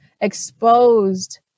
exposed